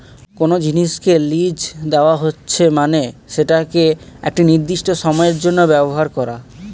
কোনো জিনিসকে লীজ দেওয়া হচ্ছে মানে সেটাকে একটি নির্দিষ্ট সময়ের জন্য ব্যবহার করা